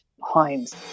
homes